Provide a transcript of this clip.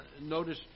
notice